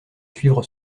suivre